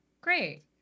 Great